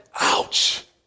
Ouch